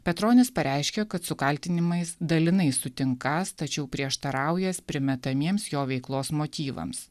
petronis pareiškė kad su kaltinimais dalinai sutinkąs tačiau prieštaraująs primetamiems jo veiklos motyvams